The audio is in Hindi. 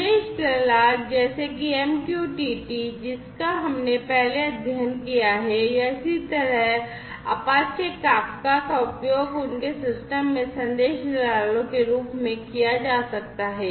संदेश दलाल जैसे कि MQTT जिसका हमने पहले अध्ययन किया है या इसी तरह Apache Kafka का उपयोग उनके सिस्टम में संदेश दलालों के रूप में किया जा सकता है